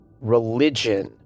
religion